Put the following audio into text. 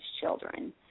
children